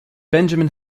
benjamin